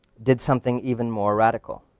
did something even more radical.